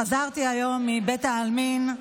חזרתי היום מבית העלמין,